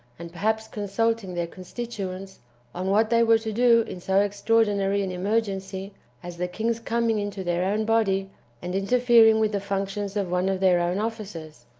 and perhaps consulting their constituents on what they were to do in so extraordinary an emergency as the king's coming into their own body and interfering with the functions of one of their own officers.